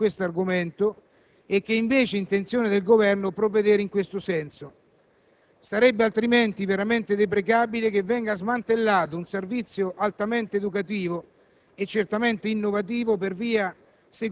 Mi auguro di non essere aggiornato sull'argomento e che, invece, sia intenzione del Governo provvedere in questa direzione. Sarebbe altrimenti veramente deprecabile che venga smantellato un servizio altamente educativo